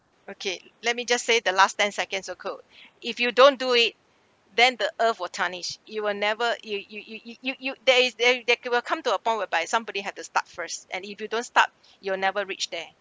okay let me just say the last ten seconds of quote if you don't do it then the earth will tarnished you will never it will you you you you you there is there they co~ will come to a point whereby somebody have to start first and if you don't start you'll never reach there